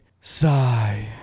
Sigh